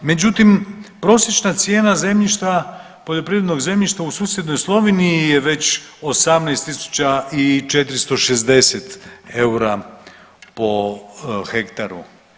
Međutim, prosječna cijena zemljišta, poljoprivrednog zemljišta u susjednoj Sloveniji je već 18460 eura po hektaru.